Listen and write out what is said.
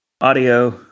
audio